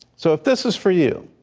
so if this is for you,